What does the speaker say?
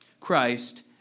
Christ